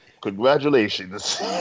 congratulations